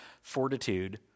fortitude